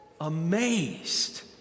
amazed